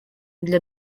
для